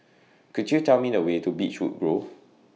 Could YOU Tell Me The Way to Beechwood Grove